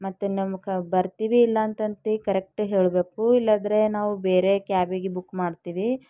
ಮತ್ತು ನಮಗ ಬರ್ತೀವಿ ಇಲ್ಲಂತಂದು ಕರೆಕ್ಟ್ ಹೇಳಬೇಕು ಇಲ್ಲಾಂದ್ರೆ ನಾವು ಬೇರೆ ಕ್ಯಾಬಿಗೆ ಬುಕ್ ಮಾಡ್ತೀವಿ